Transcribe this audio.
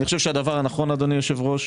אני חושב שהדבר הנכון, אדוני היושב-ראש,